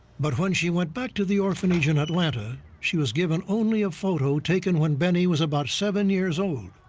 but when she went back to the orphanage in atlanta, she was given only a photo taken when benny was about seven years old.